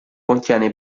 contiene